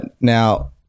Now